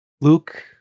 Luke